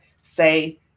say